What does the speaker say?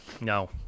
No